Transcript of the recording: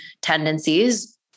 tendencies